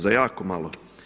Za jako malo.